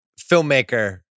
filmmaker